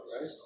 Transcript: right